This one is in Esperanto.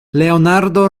leonardo